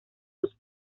sus